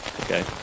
okay